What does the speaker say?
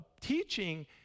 teaching